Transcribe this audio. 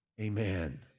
amen